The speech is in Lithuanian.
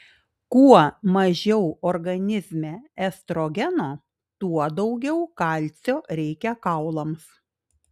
kuo mažiau organizme estrogeno tuo daugiau kalcio reikia kaulams